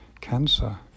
cancer